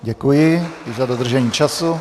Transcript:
Děkuji za dodržení času.